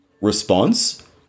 response